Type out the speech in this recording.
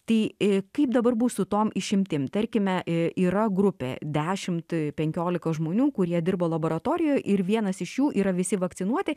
tai kaip dabar bus su tom išimtim tarkime yra grupė dešimt penkiolika žmonių kurie dirbo laboratorijoje ir vienas iš jų yra visi vakcinuoti